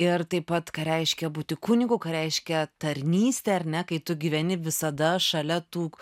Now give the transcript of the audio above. ir taip pat ką reiškia būti kunigu ką reiškia tarnystė ar ne kai tu gyveni visada šalia tų